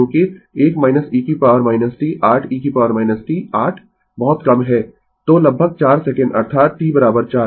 क्योंकि 1 e t 8 e t 8 बहुत कम है तो लगभग 4 सेकंड अर्थात t 4